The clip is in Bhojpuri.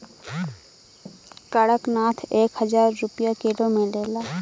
कड़कनाथ एक हजार रुपिया किलो मिलेला